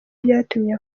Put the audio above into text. byatumye